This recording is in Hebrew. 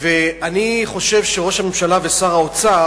אני חושב שראש הממשלה ושר האוצר,